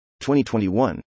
2021